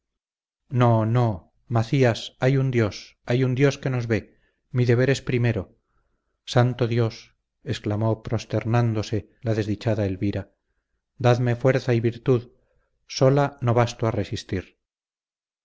no no macías hay un dios hay un dios que nos ve mi deber es primero santo dios exclamó prosternándose la desdichada elvira dadme fuerza y virtud sola no basto a resistir